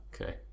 Okay